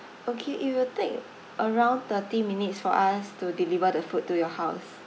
okay it will take around thirty minutes for us to deliver the food to your house